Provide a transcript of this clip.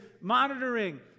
monitoring